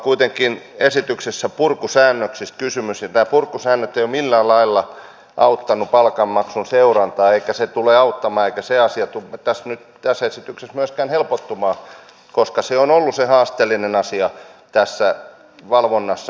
kuitenkin esityksessä on purkusäännöksistä kysymys ja nämä purkusäännöt eivät ole millään lailla auttaneet palkanmaksun seurantaa eivätkä tule auttamaan eikä se asia tässä esityksessä myöskään tule helpottumaan koska muun muassa tämä palkanmaksu on ollut yksi haasteellinen asia tässä valvonnassa